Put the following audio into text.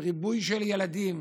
עם ריבוי של ילדים,